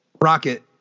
Rocket